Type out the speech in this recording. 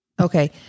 Okay